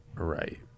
Right